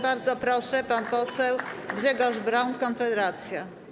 Bardzo proszę, pan poseł Grzegorz Braun, Konfederacja.